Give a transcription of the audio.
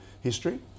history